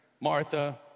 Martha